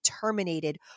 terminated